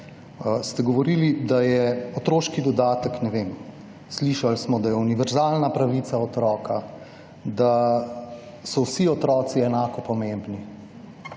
ste govorili, da je otroški dodatek, ne vem, slišali smo, da je univerzalna pravica otroka, da so vsi otroci enako pomembni,